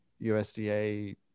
USDA